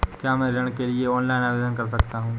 क्या मैं ऋण के लिए ऑनलाइन आवेदन कर सकता हूँ?